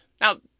Now